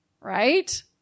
Right